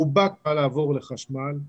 רובה --- לעבור חשמל,